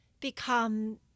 become